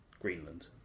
Greenland